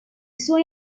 suoi